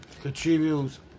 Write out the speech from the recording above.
contributes